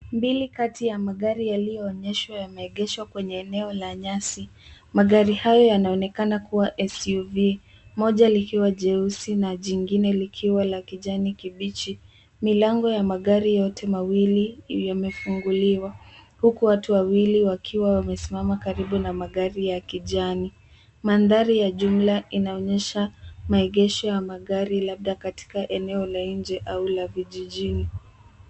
Mbili kati ya magari yaliyoonyeshwa yameegeshwa kwenye eneo la nyasi. Magari hayo yanaonekana kuwa SUV. Moja likiwa jeusi na jingine likiwa la kijani kibichi. Milango ya magari yote mawili yamefunguliwa. Huku watu wawili wakiwa wamesimama karibu na magari ya kijani. Mandhari ya jumla inaonyesha maegesho ya magari labda katika eneo la nje au la vijijini.